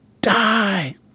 die